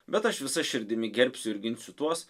bet aš visa širdimi gerbsiu ir ginsiu tuos